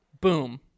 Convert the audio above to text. Boom